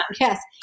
yes